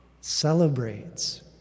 celebrates